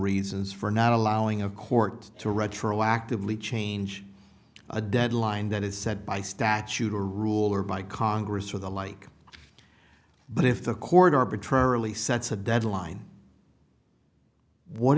reasons for not allowing a court to retroactively change a deadline that is set by statute or rule or by congress or the like but if the court arbitrarily sets a deadline what